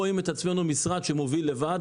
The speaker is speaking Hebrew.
אנחנו לא רואים את עצמנו כמשרד שמוביל לבד.